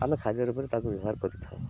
ଆମେ ଖାଦ୍ୟ ରୂପରେ ତାକୁ ବ୍ୟବହାର କରିଥାଉ